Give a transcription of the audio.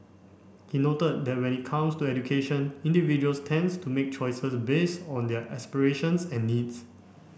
he noted that when it comes to education individuals tends to make choices based on their aspirations and needs